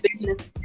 business